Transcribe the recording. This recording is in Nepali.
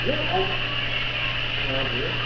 ल अब हजुर